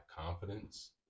confidence